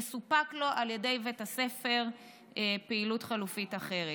תסופק לו על ידי בית הספר פעילות חלופית, אחרת.